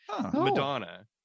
Madonna